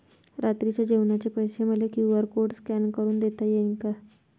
रात्रीच्या जेवणाचे पैसे मले क्यू.आर कोड स्कॅन करून देता येईन का?